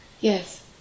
Yes